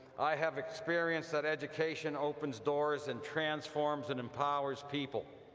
i have experienced that education opens doors, and transforms and empowers people.